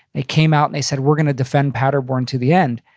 they came out and they said, we're gonna defend paderborn to the end.